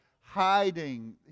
hiding